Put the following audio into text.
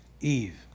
Eve